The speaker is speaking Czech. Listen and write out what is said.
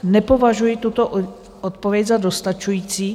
Nepovažuji tuto odpověď za dostačující.